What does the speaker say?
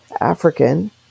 African